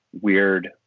weird